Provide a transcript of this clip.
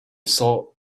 saw